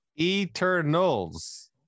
Eternals